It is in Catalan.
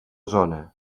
zona